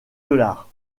dollars